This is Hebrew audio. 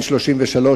בן 33,